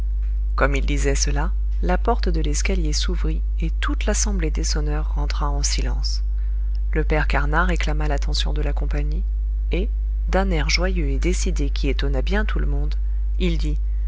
comme il disait cela la porte de l'escalier s'ouvrit et toute l'assemblée des sonneurs rentra en silence le père carnat réclama l'attention de la compagnie et d'un air joyeux et décidé qui étonna bien tout le monde il dit